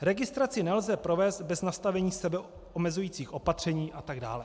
Registraci nelze provést bez nastavení sebeomezujících opatření atd.